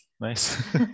Nice